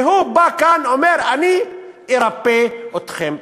והוא בא כאן, אומר: אני ארפא אתכם.